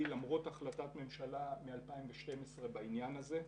למרות החלטת ממשלה מ-2012 בעניין הזה.